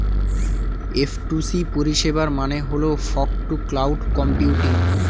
F two C পরিষেবার মানে হল ফগ টু ক্লাউড কম্পিউটিং